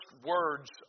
words